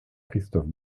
christophe